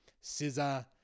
scissor